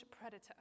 predator